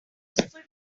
useful